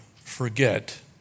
forget